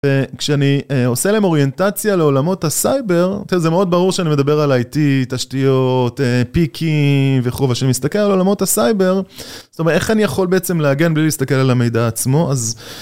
כשאני עושה להם אוריינטציה לעולמות הסייבר, זה מאוד ברור שאני מדבר על IT, תשתיות, פיקים, וכו' שאני מסתכל על עולמות הסייבר, זאת אומרת, איך אני יכול בעצם להגן בלי להסתכל על המידע עצמו, אז...